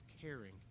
caring